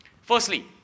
Firstly